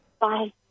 Bye